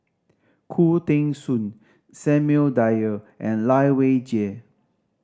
Khoo Teng Soon Samuel Dyer and Lai Weijie